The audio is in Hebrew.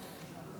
(תיקון,